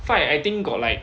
fight I think got like